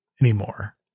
anymore